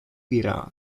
iraq